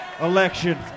election